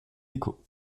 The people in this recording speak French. échos